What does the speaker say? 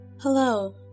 Hello